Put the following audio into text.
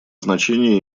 значение